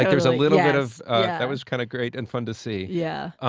there's a little bit of that was kind of great and fun to see. yeah.